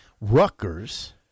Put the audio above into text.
Rutgers